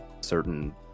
certain